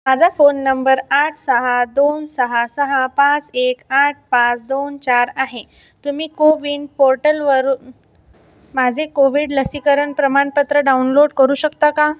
माझा phone number आठ सहा दोन सहा सहा पाच एक आठ पाच दोन चार आहे तुम्ही कोविन पोर्टल वरून माझे कोविड लसीकरण प्रमाणपत्र डाउनलोड करू शकता का